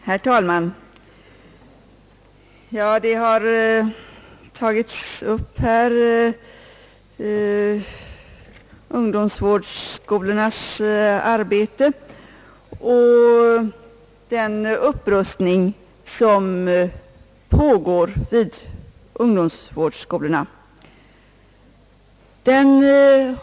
Herr talman! Här har tagits upp ungdomsvårdsskolornas arbete och den upprustning som pågår vid dessa.